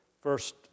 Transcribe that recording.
first